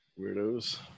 Weirdos